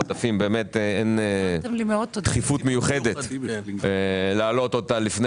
לעודפים אין דחיפות מיוחדת להעלות אותה לפני